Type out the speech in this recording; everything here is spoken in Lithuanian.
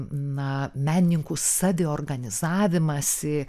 na menininkų saviorganizavimąsi